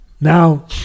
now